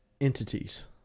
entities